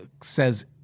says